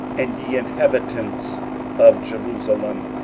and ye inhabitants of jerusalem,